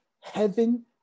heaven